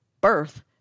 birth